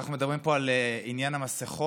אנחנו מדברים פה על עניין המסכות,